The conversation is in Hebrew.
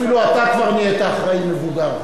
אפילו אתה כבר נהיית אחראי מבוגר,